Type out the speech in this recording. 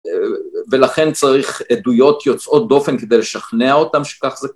ולכן צריך עדויות יוצאות דופן כדי לשכנע אותם שכך זה